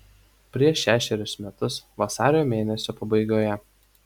prieš šešerius metus vasario mėnesio pabaigoje